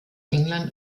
england